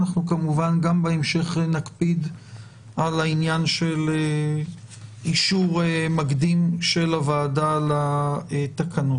אנחנו כמובן גם בהמשך נקפיד על העניין של אישור מקדים של הוועדה לתקנות.